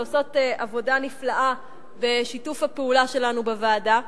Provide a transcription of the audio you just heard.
שעושות עבודה נפלאה בשיתוף הפעולה שלנו בוועדה.